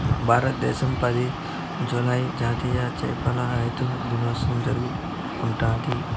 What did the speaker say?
భారతదేశం పది, జూలైని జాతీయ చేపల రైతుల దినోత్సవంగా జరుపుకుంటాది